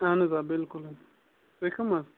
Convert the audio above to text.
اَہَن حظ آ بِلکُل حظ تُہۍ کَم حظ